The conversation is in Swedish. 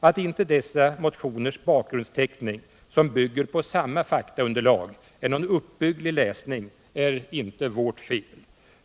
Att inte dessa motioners bakgrundsteckning, som bygger på samma faktaunderlag, är någon uppbygglig läsning, är inte vårt fel.